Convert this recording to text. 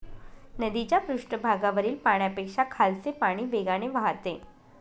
नदीच्या पृष्ठभागावरील पाण्यापेक्षा खालचे पाणी वेगाने वाहते